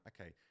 okay